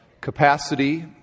capacity